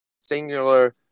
singular